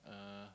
uh